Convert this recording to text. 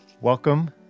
welcome